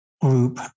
Group